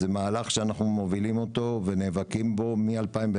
זה מהלך שאנחנו מובילים אותו ונאבקים בו מ-2010.